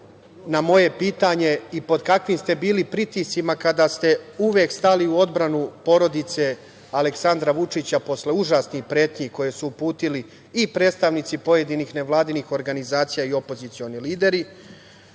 na moje pitanje i pod kakvim ste bili pritiscima kada ste uvek stali u odbranu porodice Aleksandra Vučića posle užasnih pretnji koje su uputili i predstavnici pojedinih nevladinih organizacija i opozicioni lideri.